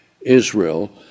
Israel